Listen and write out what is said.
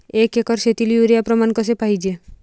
एक एकर शेतीले युरिया प्रमान कसे पाहिजे?